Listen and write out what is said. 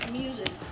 music